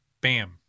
Bam